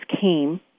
came